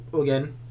again